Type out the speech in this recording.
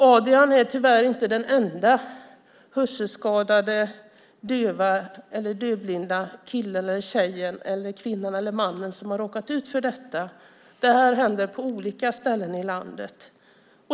Adrian är tyvärr inte den enda hörselskadade, döva eller dövblinda kille, tjej, kvinna eller man som har råkat ut för detta. Det här händer på olika ställen i landet.